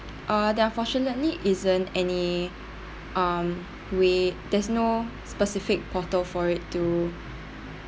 uh there unfortunately isn't any um way there's no specific portal for it to